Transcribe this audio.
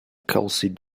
kelsey